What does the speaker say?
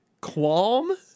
qualm